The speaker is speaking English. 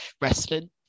wrestling